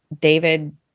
David